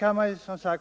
Man kan, som